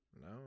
No